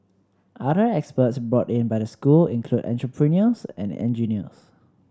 other experts brought in by the school include entrepreneurs and engineers